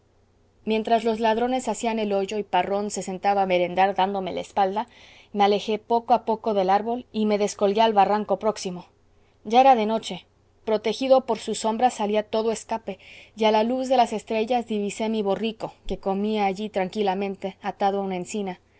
mientras los ladrones hacían el hoyo y parrón se sentaba a merendar dándome la espalda me alejé poco a poco del árbol y me descolgué al barranco próximo ya era de noche protegido por sus sombras salí a todo escape y a la luz de las estrellas divisé mi borrico que comía allí tranquilamente atado a una encina